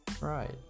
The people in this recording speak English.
Right